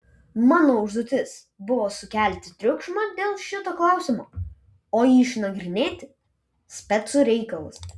mano užduotis buvo sukelti triukšmą dėl šito klausimo o jį išnagrinėti specų reikalas